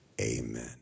Amen